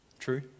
True